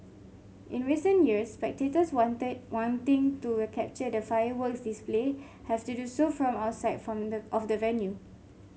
in recent years spectators wanted wanting to capture the fireworks display have to do so from outside from the of the venue